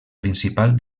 principal